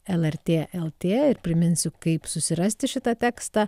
lrt lt ir priminsiu kaip susirasti šitą tekstą